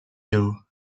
you